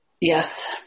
yes